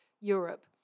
Europe